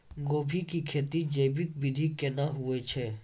गोभी की खेती जैविक विधि केना हुए छ?